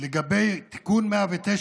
לגבי תיקון 109,